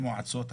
הרבה מועצות,